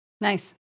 Nice